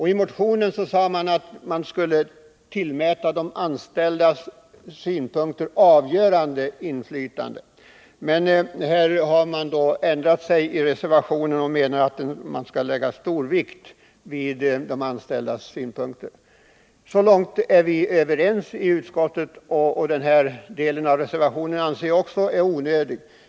I motionen underströks att man borde tillmäta de anställdas synpunkter avgörande inflytande, men i reservationen har man ändrat till att man bör lägga stor vikt vid de anställdas synpunkter. Så långt är vi överens i utskottet. Enligt min mening är också den här delen av reservationen onödig.